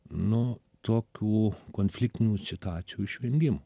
nu tokių konfliktinių situacijų išvengimo